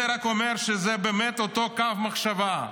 זה רק אומר שזה באמת אותו קו מחשבה.